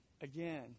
Again